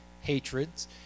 hatreds